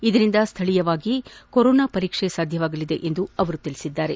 ಇದರಿಂದ ಸ್ಥಳೀಯವಾಗಿ ಕೊರೋನಾ ಪರೀಕ್ಷ ಸಾಧ್ಯವಾಗಲಿದೆ ಎಂದು ಅವರು ಹೇಳಿದ್ದಾರೆ